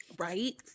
Right